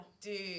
dude